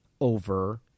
over